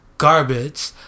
Garbage